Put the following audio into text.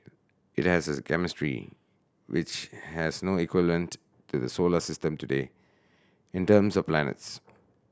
it has a chemistry which has no equivalent in the solar system today in terms of planets